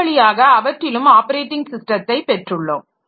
இவ்வழியாக அவற்றிலும் ஆப்பரேட்டிங் சிஸ்டத்தை பெற்றுள்ளோம்